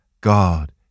God